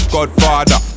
Godfather